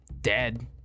dead